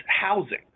housing